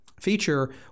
feature